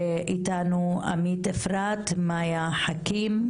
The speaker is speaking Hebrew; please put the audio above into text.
איתנו עמית אפרת, מאיה חכים,